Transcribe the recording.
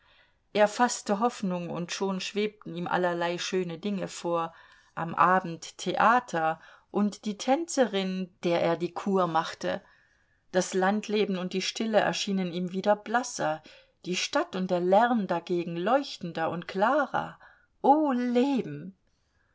er faßte hoffnung und schon schwebten ihm allerlei schöne dinge vor am abend theater und die tänzerin der er die cour machte das landleben und die stille erschienen ihm wieder blasser die stadt und der lärm dagegen leuchtender und klarer oh leben